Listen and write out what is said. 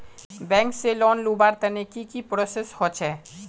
Bank से loan लुबार तने की की प्रोसेस होचे?